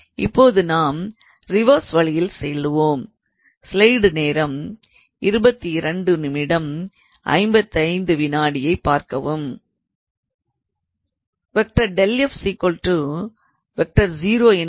இப்பொழுது நாம் ரிவர்ஸ் வழியில் செல்வோம்